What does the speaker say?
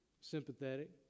Sympathetic